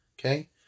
Okay